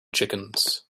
chickens